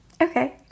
Okay